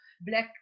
black